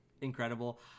incredible